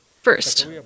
First